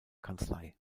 kanzlei